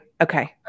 Okay